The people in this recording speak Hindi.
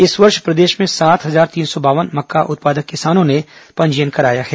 इस वर्ष प्रदेश में सात हजार तीन सौ बावन मक्का उत्पादक किसानों ने पंजीयन कराया है